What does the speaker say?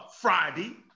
Friday